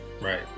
Right